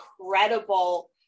incredible